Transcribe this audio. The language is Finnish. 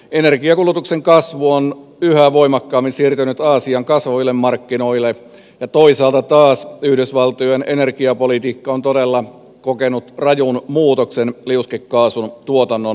energiankulutuksen kasvu on yhä voimakkaammin siirtynyt aasian kasvaville markkinoille ja toisaalta taas yhdysvaltojen energiapolitiikka on todella kokenut rajun muutoksen liuskekaasun tuotannon myötä